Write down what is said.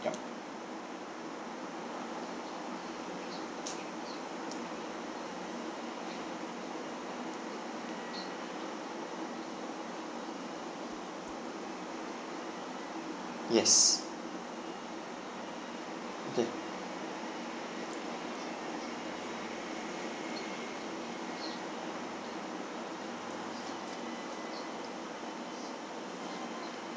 yup yes okay